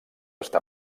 està